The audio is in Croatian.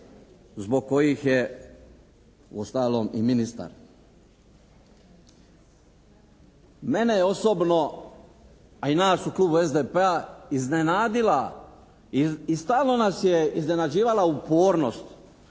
zbog kojih je uostalom i ministar. Mene je osobno a i nas u Klubu SDP-a iznenadila i stalno nas je iznenađivala upornost